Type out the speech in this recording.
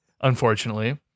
unfortunately